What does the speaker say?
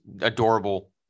adorable